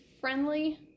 friendly